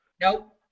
Nope